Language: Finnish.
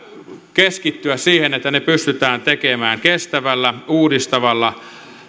keskittyä siihen että ne pystytään tekemään kestävällä uudistavalla